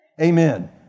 Amen